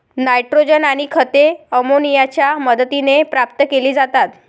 nitrogen आणि खते अमोनियाच्या मदतीने प्राप्त केली जातात